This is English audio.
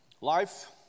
Life